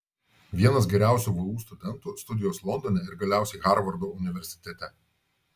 vienas geriausių vu studentų studijos londone ir galiausiai harvardo universitete